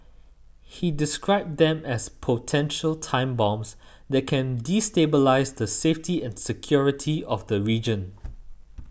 he described them as potential time bombs that can destabilise the safety and security of the region